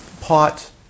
pot